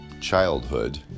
childhood